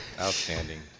outstanding